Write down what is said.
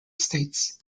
states